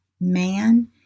man